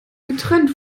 getrennt